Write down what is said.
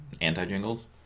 anti-jingles